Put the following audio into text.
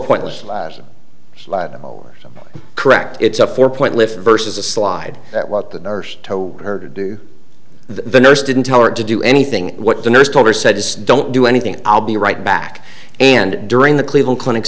pointless or correct it's a four point lift versus a slide that what the nurse told her to do the nurse didn't tell it to do anything what the nurse told her said is don't do anything i'll be right back and during the cleveland clinic